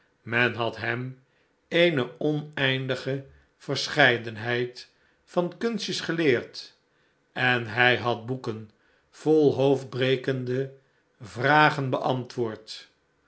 men had hem eene oneindige verscheidenheid van kunstjes geleerd en hij had boeken vol hoofdbrekende vragen beant